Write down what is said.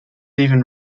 even